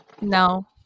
No